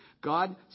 God